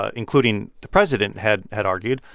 ah including the president, had had argued,